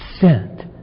sent